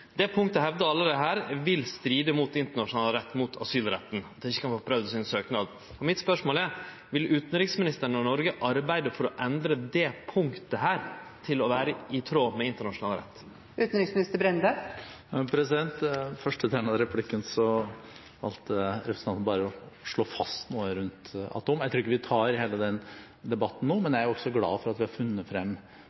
Det punktet hevdar alle desse vil stride mot internasjonal rett og mot asylretten – at ein ikkje kan få prøvd søknaden sin. Mitt spørsmål er: Vil utanriksministeren og Noreg arbeide for å endre dette punktet til å vere i tråd med internasjonal rett? I første tema i replikken valgte representanten bare å slå fast noe rundt atomvåpenpolitikken. Jeg tror ikke at vi tar hele den debatten nå.